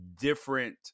different